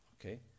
Okay